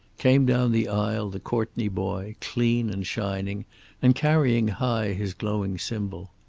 came down the aisle the courtney boy, clean and shining and carrying high his glowing symbol.